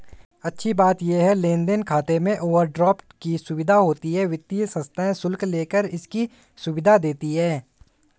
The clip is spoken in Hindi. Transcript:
अच्छी बात ये है लेन देन खाते में ओवरड्राफ्ट सुविधा होती है वित्तीय संस्थाएं शुल्क लेकर इसकी सुविधा देती है